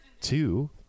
two